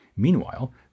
Meanwhile